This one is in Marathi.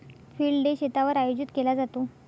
फील्ड डे शेतावर आयोजित केला जातो